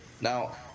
Now